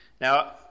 Now